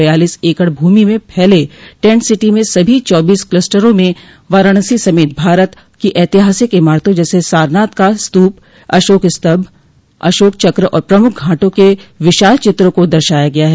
बयालीस एकड़ भूमि में फैले टेंट सिटी में सभी चौबीस क्लस्टरों में वाराणसी समेत भारत की ऐतिहासिक इमारतों जैसे सारनाथ का स्तूप अशोक स्तम्भ अशोक चक्र और प्रमुख घाटों के विशाल चित्रों को दर्शाया गया है